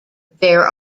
there